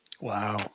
Wow